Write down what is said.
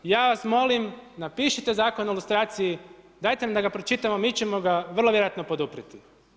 Ja vas molim napišite Zakon o lustracije, dajte da ga pročitamo, mi ćemo ga vrlo vjerojatno poduprijeti.